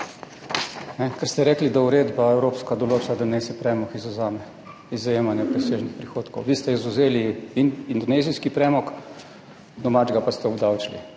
Ker ste rekli, da evropska uredba določa, da naj se premog izvzame iz zajemanja presežnih prihodkov. Vi ste izvzeli indonezijski premog, domačega pa ste obdavčili,